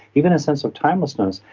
even a sense of timelessness.